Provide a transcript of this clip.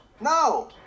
No